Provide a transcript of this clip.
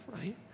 right